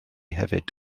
hefyd